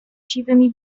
siwymi